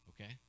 okay